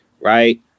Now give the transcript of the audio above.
right